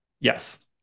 Yes